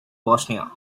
bosnia